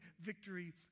victory